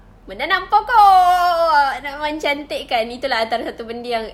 menanam pokok nak mencantikkan itu lah antara satu benda yang